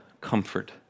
comfort